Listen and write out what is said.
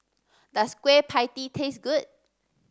does Kueh Pie Tee taste good